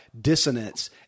dissonance